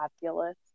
fabulous